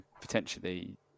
potentially